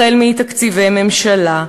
החל מתקציבי ממשלה,